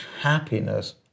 happiness